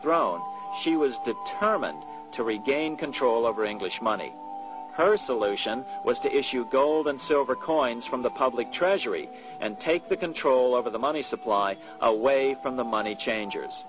throne she was determined to regain control over english money her solution was to issue gold and silver coins from the public treasury and take the control over the money supply away from the money change